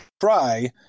try